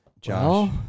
Josh